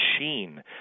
machine